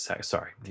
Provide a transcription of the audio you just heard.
Sorry